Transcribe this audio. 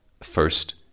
First